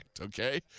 okay